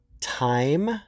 time